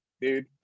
dude